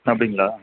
அப்படிங்களா